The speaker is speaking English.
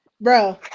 bro